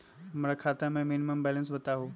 हमरा खाता में मिनिमम बैलेंस बताहु?